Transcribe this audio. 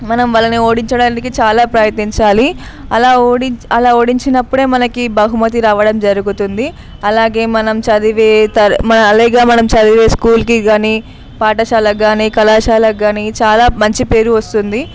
మనం వాళ్ళని ఓడించడానికి చాలా ప్రయత్నించాలి అలా ఓడించి అలా ఓడించినప్పుడే మనకి బహుమతి రావడం జరుగుతుంది అలాగే మనం చదివే త అలాగే మనం చదివే స్కూల్కి కానీ పాఠశాల కానీ కళాశాల కానీ చాలా మంచి పేరు వస్తుంది